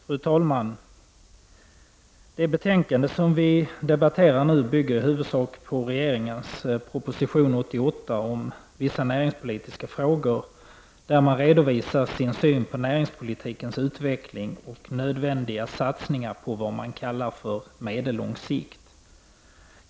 Fru talman! Det betänkande som vi skall debattera nu bygger i huvudsak på regeringens proposition 1989/90:88 om Vissa näringspolitiska frågor. Där redovisas regeringens syn på näringspolitikens utveckling och nödvändiga satsningar på vad man kallar medellång sikt.